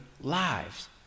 lives